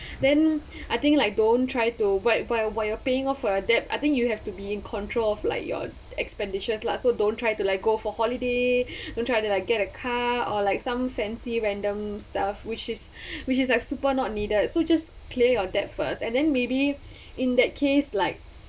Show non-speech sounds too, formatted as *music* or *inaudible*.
then I think like don't try to whi~ whi~ while you are paying off a debt I think you have to be in control of like your expenditures lah so don't try to like go for holiday *breath* don't try to like get a car or like some fancy random stuff which is *breath* which is like super not needed so just clear your debt first and then maybe in that case like